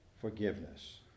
forgiveness